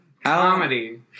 Comedy